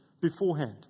beforehand